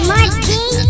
Martin